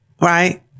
right